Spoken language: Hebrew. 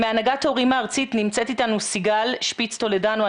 מהנהגת ההורים הארצית נמצאת איתנו סיגל שפיץ טולדנו.